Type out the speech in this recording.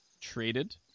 traded